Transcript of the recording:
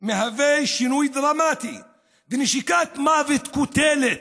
שינוי דרמטי ונשיקת מוות, קוטלת,